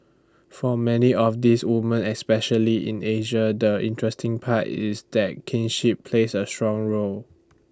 for many of these woman especially in Asia the interesting part is that kinship plays A strong role